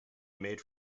made